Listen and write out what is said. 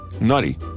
Nutty